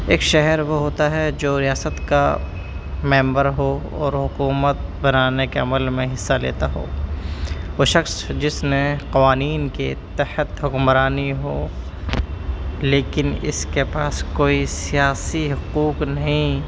ایک شہر وہ ہوتا ہے جو ریاست کا ممبر ہو اور حکومت بنانے کے عمل میں حصہ لیتا ہو وہ شخص جس نے قوانین کے تحت حکمرانی ہو لیکن اس کے پاس کوئی سیاسی حقوق نہیں